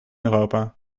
europa